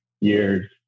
years